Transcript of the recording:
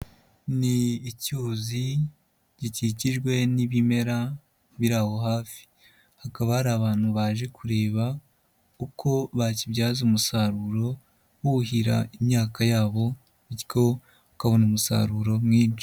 Ni icyuzi gikikijwe n'ibimera biri aho hafi. Hakaba hari abantu baje kureba uko bakibyaza umusaruro buhira imyaka yabo bityo ukabona umusaruro mwinshi.